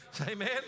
amen